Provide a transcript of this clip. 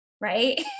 right